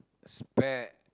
spare